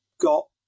got